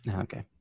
Okay